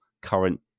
current